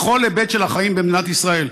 בכל היבט של החיים במדינת ישראל.